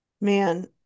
Man